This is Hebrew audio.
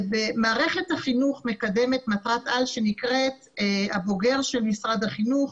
מערכת החינוך מקדמת מטרת על שנקראת הבוגר של משרד החינוך,